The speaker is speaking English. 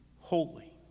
holy